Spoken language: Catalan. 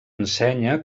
ensenya